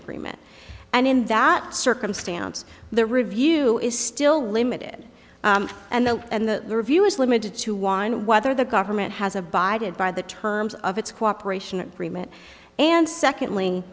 agreement and in that circumstance the review is still limited and the and the review is limited to one whether the government has abided by the terms of its cooperation agreement and secondly